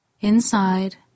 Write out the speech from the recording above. Inside